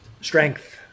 strength